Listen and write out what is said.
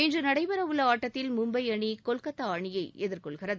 இன்று நடைபெறவுள்ள ஆட்டத்தில் மும்பை அணி கொல்கத்தா அணியை எதிர்கொள்கிறது